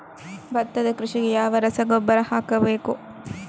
ಭತ್ತದ ಕೃಷಿಗೆ ಯಾವ ರಸಗೊಬ್ಬರ ಹಾಕಬೇಕು?